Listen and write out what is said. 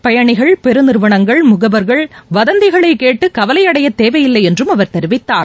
பயணிகள் பெரு நிறுவனங்கள் முகவர்கள் வதந்திகளை கேட்டு கவலை அடைய தேவையில்லை என்றும் அவர் தெரிவித்தார்